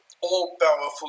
all-powerful